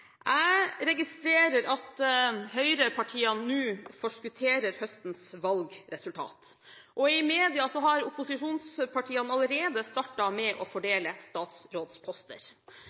Jeg registrerer at høyrepartiene nå forskutterer høstens valgresultat. I media har opposisjonspartiene allerede startet med å fordele statsrådsposter.